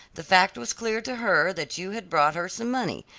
the fact was clear to her that you had brought her some money,